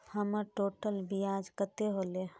हमर टोटल ब्याज कते होले?